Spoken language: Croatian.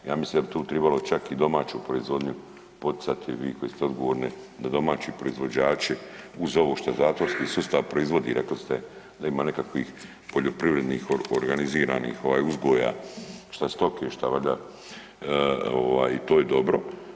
Ja mislim da bi tu tribalo čak i domaću proizvodnju poticati vi koji ste odgovorni da domaći proizvođači uz ovo što zatvorski sustav proizvodi rekli ste da ima nekakvih poljoprivrednih, organiziranih uzgoja šta stoke, šta valjda i to je dobro.